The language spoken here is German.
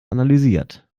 analysiert